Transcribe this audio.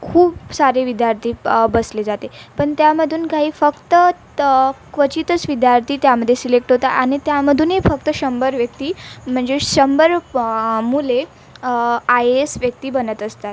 खूप सारे विद्यार्थी बसले जाते पण त्यामधून काही फक्त तर क्वचितस विद्यार्थी त्यामध्ये सिलेक्ट होतात आणि त्यामधूनही फक्त शंभर व्यक्ती म्हणजे शंभर प मुले आय ए एस व्यक्ती बनत असतात